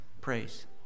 Praise